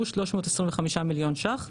הוא 325 מיליון שקלים,